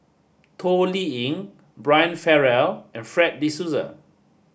Toh Liying Brian Farrell and Fred De Souza